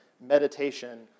meditation